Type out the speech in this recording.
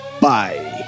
bye